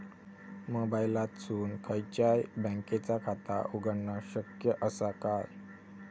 मोबाईलातसून खयच्याई बँकेचा खाता उघडणा शक्य असा काय?